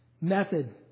method